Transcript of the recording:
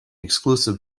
exclusive